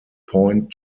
point